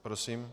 Prosím.